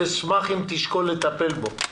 ואשמח אם תשקול לטפל בו.